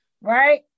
Right